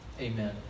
Amen